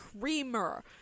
creamer